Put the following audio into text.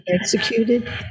executed